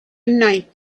night